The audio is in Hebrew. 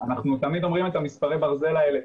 אנחנו תמיד אומרים את מספרי הברזל האלה,